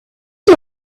the